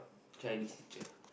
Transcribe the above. Chinese teacher